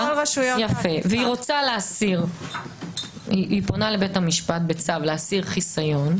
היא פונה לבית המשפט בצו להסיר חיסיון.